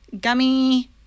gummy